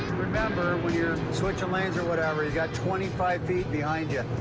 remember when you're switching lanes or whatever, you got twenty five feet behind yeah